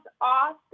off